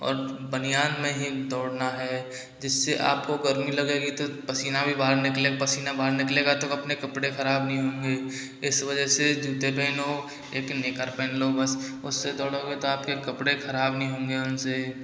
और बनियान में ही दौड़ना है जिससे आपको गर्मी लगेगी तो पसीना भी बाहर निकले पसीना बाहर निकलेगा तो अपने कपड़े ख़राब नही होंगे इस वजह से जूते पहनो एक निक्कर पहन लो बस उससे दौड़ोगे तो आपके कपड़े ख़राब नही होंगे उनसे